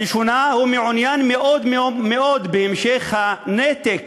הראשונה, הוא מעוניין מאוד מאוד מאוד בהמשך הנתק